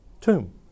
tomb